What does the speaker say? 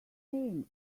name